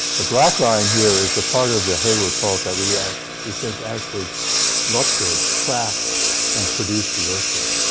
the black line here is the part of the hayward fault that we yeah we think actually ruptured cracked and produced the earthquake.